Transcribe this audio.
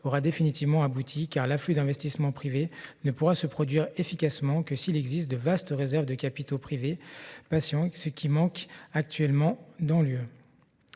aura été définitivement achevé, car l'afflux d'investissements privés ne pourra se produire efficacement que s'il existe de vastes réserves de capitaux privés attendant d'être investis, ce qui manque actuellement dans l'Union